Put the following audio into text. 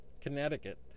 Connecticut